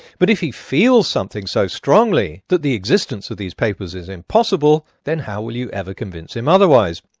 but if he feels something so strongly, that the existence of these papers is impossible, then how will you ever convince him othervise?